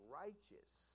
righteous